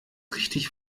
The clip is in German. richtig